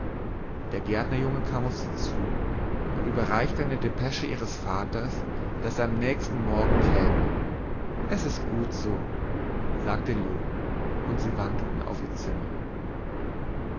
der gärtnerjunge kam auf sie zu und überreichte eine depesche ihres vaters daß er am nächsten morgen käme es ist gut so sagte loo und sie wankten auf ihr zimmer